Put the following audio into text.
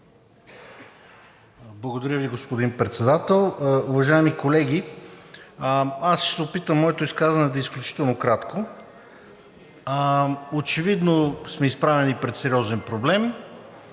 Благодаря Ви, господин Председател. Уважаеми колеги, аз ще се опитам моето изказване да е изключително кратко. Очевидно сме изправени пред сериозен проблем,